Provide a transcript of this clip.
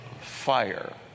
fire